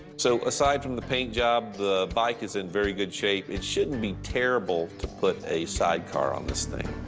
so aside from the paint job, the bike is in very good shape. it shouldn't be terrible to put a sidecar on this thing.